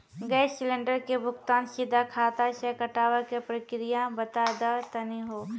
Gas cylinder के भुगतान सीधा खाता से कटावे के प्रक्रिया बता दा तनी हो?